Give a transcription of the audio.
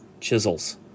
chisels